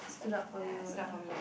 stood up for you uh